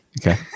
Okay